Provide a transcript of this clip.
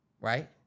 right